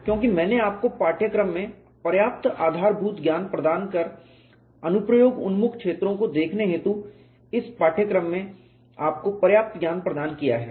क्योंकि मैंने आपको इस पाठ्यक्रम में पर्याप्त आधारभूत ज्ञान अनुप्रयोग उन्मुख क्षेत्रों को देखने हेतु प्रदान किया है